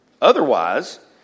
Otherwise